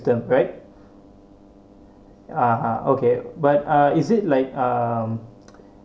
the bread ah okay but uh is it like um